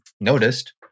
noticed